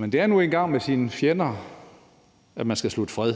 Det er nu engang med sine fjender, at man skal slutte fred.